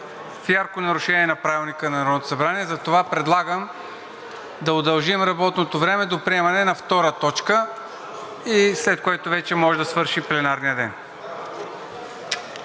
в ярко нарушение на Правилника на Народното събрание, затова предлагам да удължим работното време до приемането на втора точка, след което може да свърши пленарният ден.